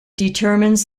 determines